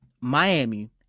Miami